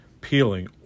peeling